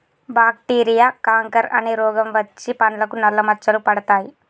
bacteria canker అనే రోగం వచ్చి పండ్లకు నల్ల మచ్చలు పడతాయి